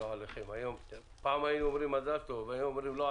פתחנו את